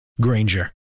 Granger